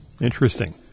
Interesting